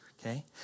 okay